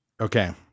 Okay